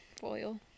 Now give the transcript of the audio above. Foil